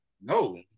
No